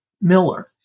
Miller